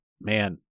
Man